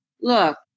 Look